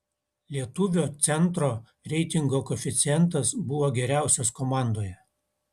lietuvio centro reitingo koeficientas buvo geriausias komandoje